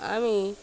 আমি